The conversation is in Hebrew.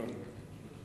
מאוד.